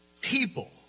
people